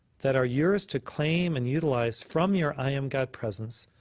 that are yours to claim and utilize from your i am god presence,